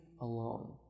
alone